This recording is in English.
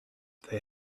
they